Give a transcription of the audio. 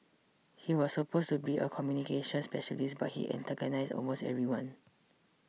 he was supposed to be a communications specialist but he antagonised almost everyone